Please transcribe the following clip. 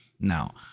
now